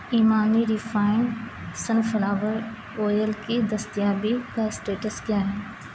Emami refined sunflower oil کی دستیابی کا اسٹیٹس کیا ہے